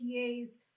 PAs